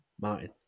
Martin